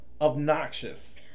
obnoxious